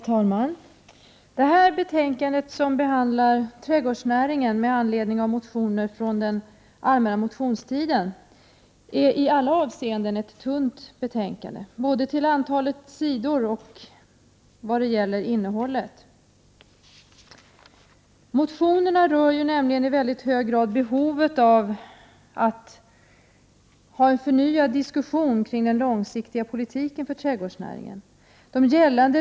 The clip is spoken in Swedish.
Herr talman! Det här betänkandet, som alltså behandlar trädgårdsnäringen med anledning av motioner avgivna under den allmänna motionstiden, är i alla avseenden en tunt betänkande, både med tanke på antalet sidor och med tanke på innehållet. Motionerna rör nämligen i mycket hög grad behovet av en förnyad diskussion kring den långsiktiga politiken för trädgårdsnäringen.